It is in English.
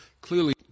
clearly